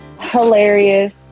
hilarious